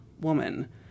woman